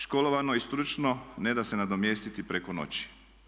Školovano i stručno ne da se nadomjestiti preko noći.